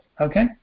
Okay